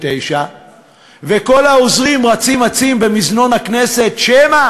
וכל העוזרים רצים-אצים במזנון הכנסת שמא